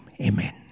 Amen